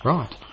Right